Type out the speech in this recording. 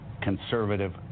conservative